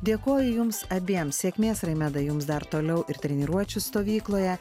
dėkoju jums abiem sėkmės raimeda jums dar toliau ir treniruočių stovykloje